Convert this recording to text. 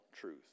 truth